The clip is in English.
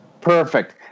Perfect